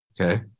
Okay